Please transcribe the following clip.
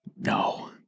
No